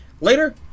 later